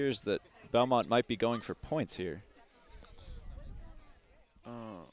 there's that belmont might be going for points here